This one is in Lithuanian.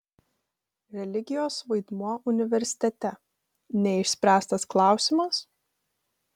religijos vaidmuo universitete neišspręstas klausimas